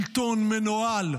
שלטון מנוהל,